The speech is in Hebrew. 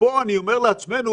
ופה אני אומר לנו ככנסת: